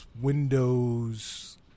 Windows